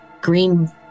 green